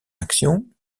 action